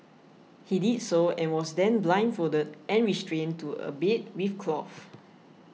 he did so and was then blindfolded and restrained to a bed with cloth